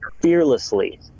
fearlessly